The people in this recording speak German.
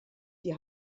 die